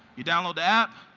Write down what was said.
you download the app,